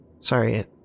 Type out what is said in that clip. Sorry